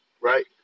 right